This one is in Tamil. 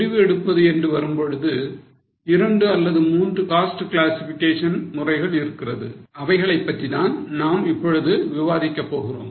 முடிவு எடுப்பது என்று வரும்பொழுது இரண்டு அல்லது மூன்று cost classifications முறைகள் இருக்கிறது அவைகளைப் பற்றி தான் நாம் இப்பொழுது விவாதிக்க போகிறோம்